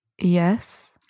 Yes